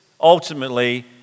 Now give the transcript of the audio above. Ultimately